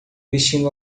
vestindo